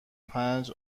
پنج